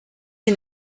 wir